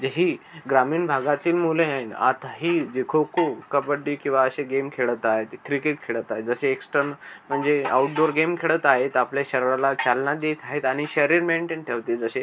जे ही ग्रामीण भागातील मुले हेएन आता ही जी खो खो कबड्डी किंवा असे गेम खेळत आहेत क्रिकेट खेळत आहेत जसे एक्स्टन म्हणजे आऊटडोअर गेम खेळत आहेत आपल्या शरीराला चालना देत आहेत आणि शरीर मेंटेन ठेवते जसे